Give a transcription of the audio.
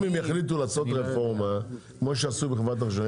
יחליטו לעשות רפורמה כמו שעשו בחברת החשמל,